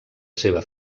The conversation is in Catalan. seva